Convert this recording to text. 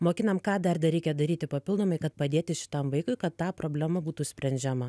mokinam ką dar dar reikia daryti papildomai kad padėti šitam vaikui kad ta problema būtų sprendžiama